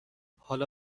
حالا